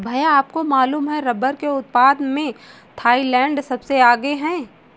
भैया आपको मालूम है रब्बर के उत्पादन में थाईलैंड सबसे आगे हैं